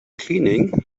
cleaning